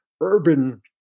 urban